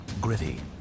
gritty